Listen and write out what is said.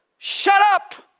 shut up!